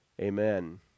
Amen